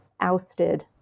ousted